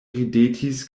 ridetis